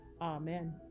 Amen